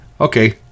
Okay